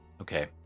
okay